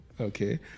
Okay